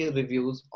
reviews